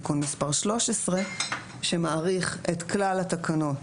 תיקון מס' 13 שמאריך את כלל התקנות,